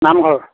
নামঘৰ